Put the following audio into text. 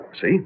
see